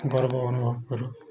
ଗର୍ବ ଅନୁଭବ କରୁ